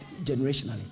generationally